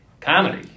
Comedy